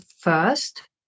first